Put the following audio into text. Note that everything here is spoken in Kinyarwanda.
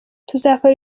tuzakora